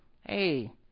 Hey